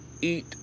eat